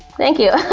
thank you.